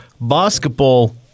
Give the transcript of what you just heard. basketball